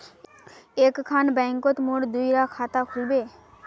एक खान बैंकोत मोर दुई डा खाता खुल बे?